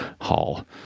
Hall